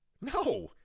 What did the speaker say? No